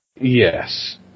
Yes